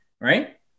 right